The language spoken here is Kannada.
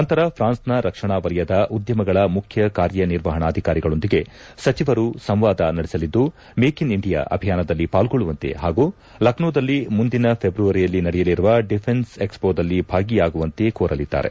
ನಂತರ ಫ್ರಾನ್ಸ್ನ ರಕ್ಷಣಾ ವಲಯದ ಉದ್ಯಮಗಳ ಮುಖ್ಯ ಕಾರ್ಯನಿರ್ವಾಹಣಾಧಿಕಾರಿಗಳೊಂದಿಗೆ ಸಚಿವರು ಸಂವಾದ ನಡೆಸಲಿದ್ದು ಮೇಕ್ ಇನ್ ಇಂಡಿಯಾ ಅಭಿಯಾನದಲ್ಲಿ ಪಾಲ್ಗೊಳ್ಳುವಂತೆ ಹಾಗೂ ಲಕ್ಟೋದಲ್ಲಿ ಮುಂದಿನ ಫೆಬ್ರವರಿಯಲ್ಲಿ ನಡೆಯಲಿರುವ ಡಿಫೆನ್ಸ್ ಎಕ್ಟಮೊದಲ್ಲಿ ಭಾಗಿಯಾಗುವಂತೆ ಕೋರಲಿದ್ದಾರೆ